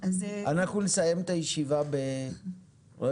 אנחנו נסיים את הישיבה ב-17:45.